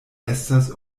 estas